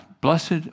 Blessed